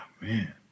man